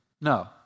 No